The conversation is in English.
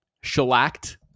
shellacked